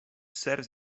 serves